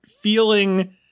feeling